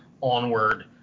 onward